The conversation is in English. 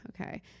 okay